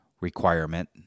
requirement